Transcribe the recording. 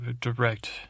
direct